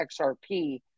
XRP